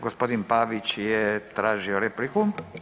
Gospodin Pavić je tražio repliku.